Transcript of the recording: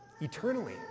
eternally